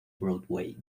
broadway